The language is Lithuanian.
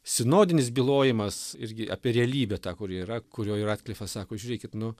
sinodinis bylojimas irgi apie realybę tą kuri yra kurioj ratklifas sako žiūrėkit nu